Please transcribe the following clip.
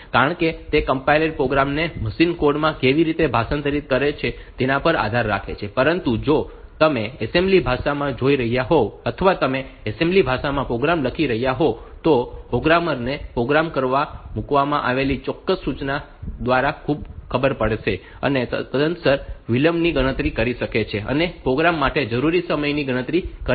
કારણ કે તે કમ્પાઈલર પ્રોગ્રામ ને મશીન કોડ માં કેવી રીતે ભાષાંતરિત કરે છે તેના પર આધાર રાખે છે પરંતુ જો તમે એસેમ્બલી ભાષામાં જોઈ રહ્યા હોવ અથવા તમે એસેમ્બલી ભાષામાં પ્રોગ્રામ લખી રહ્યાં હોવ તો પ્રોગ્રામર ને પ્રોગ્રામમાં મૂકવામાં આવેલી ચોક્કસ સૂચના ખબર હશે અને તદનુસાર વિલંબની ગણતરી કરી શકે છે અને પ્રોગ્રામ માટે જરૂરી સમયની ગણતરી કરી શકે છે